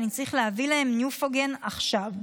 ואני צריך להביא להם ניופוגן עכשיו.